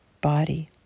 body